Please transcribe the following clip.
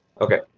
Okay